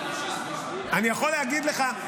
אני יכול להגיד לך,